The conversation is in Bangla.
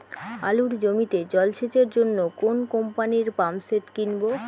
আলুর জমিতে জল সেচের জন্য কোন কোম্পানির পাম্পসেট কিনব?